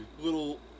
little